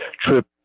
trip